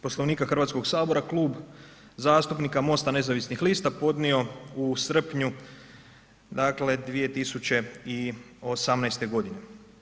Poslovnika Hrvatskog sabora Klub zastupnika MOST-a nezavisnih lista podnio u srpnju dakle 2018. godine.